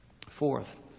Fourth